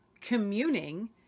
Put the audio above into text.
communing